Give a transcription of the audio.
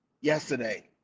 yesterday